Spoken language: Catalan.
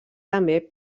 també